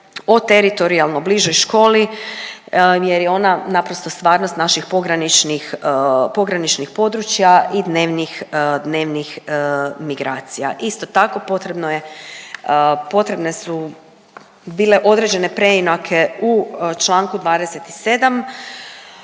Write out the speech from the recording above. o teritorijalno bližoj školi, jer je ona naprosto stvarnost naših pograničnih, pograničnih područja i dnevnih, dnevnih migracija. Isto tako potrebno je, potrebne su bile određene preinake u čl. 27